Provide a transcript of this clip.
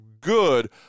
good